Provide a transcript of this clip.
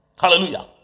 Hallelujah